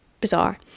bizarre